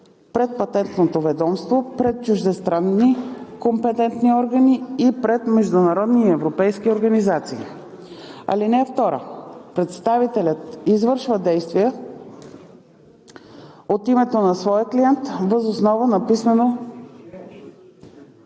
пред Патентното ведомство, пред чуждестранни компетентни органи и пред международни и европейски организации. (2) Представителят извършва действия от името на своя клиент въз основа на писмено